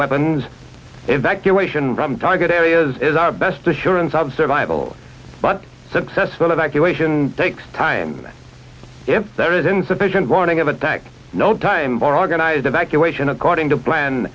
weapons evacuation from target areas is our best assurance of survival but successful evacuation takes time if there is insufficient warning of attack no time for organized evacuation according to plan